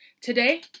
Today